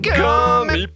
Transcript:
gummy